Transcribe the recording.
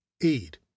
aid